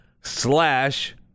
slash